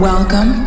Welcome